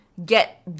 get